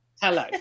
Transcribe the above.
Hello